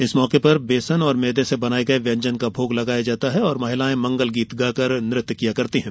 इस मौके पर वेसन और मैदे से बनाये गए व्यंजन का भोग लगाया जाता है और महिलाएं मंगल गीत गाकर और नृत्य करती हैं